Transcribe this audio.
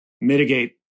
mitigate